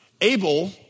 Abel